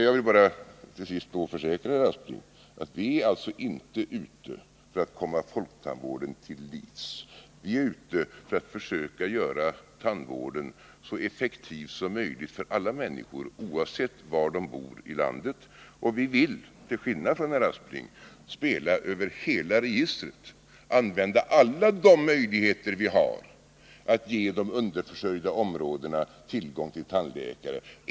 Jag vill bara till sist försäkra herr Aspling att vi alltså inte är ute för att komma folktandvården till livs, vi är ute för att försöka göra tandvården så effektiv som möjligt för alla människor, oavsett var de bor i landet, och vi vill, till skillnad från herr Aspling, spela över hela registret, använda alla de möjligheter vi har att ge de underförsörjda områdena tillgång till tandläkare.